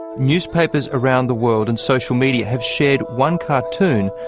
newspapers around the world and social media have shared one cartoon.